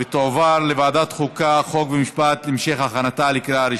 התשע"ח 2018, לוועדה שתקבע ועדת הכנסת נתקבלה.